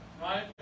Right